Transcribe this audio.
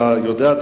אתה יודע,